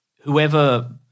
whoever